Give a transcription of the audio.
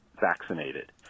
vaccinated